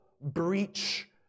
breach